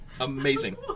amazing